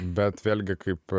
bet vėlgi kaip